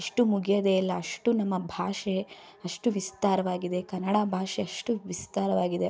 ಅಷ್ಟು ಮುಗಿಯೋದೇ ಇಲ್ಲ ಅಷ್ಟು ನಮ್ಮ ಭಾಷೆ ಅಷ್ಟು ವಿಸ್ತಾರವಾಗಿದೆ ಕನ್ನಡ ಭಾಷೆ ಅಷ್ಟು ವಿಸ್ತಾರವಾಗಿದೆ